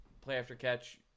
play-after-catch